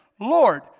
Lord